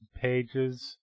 pages